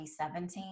2017